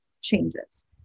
changes